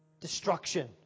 destruction